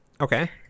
Okay